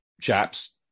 chaps